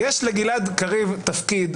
יש לגלעד קריב תפקיד,